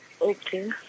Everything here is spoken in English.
Okay